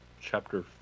Chapter